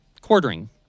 Quartering